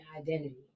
identity